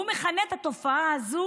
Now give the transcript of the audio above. הוא מכנה את התופעה הזו